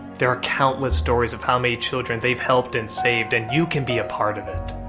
there are countless stories of how many children they've helped and saved and you can be a part of it.